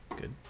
Good